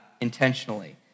intentionally